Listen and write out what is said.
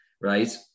right